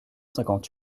cinquante